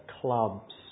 clubs